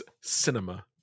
cinema